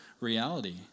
reality